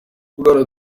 bwana